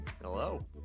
hello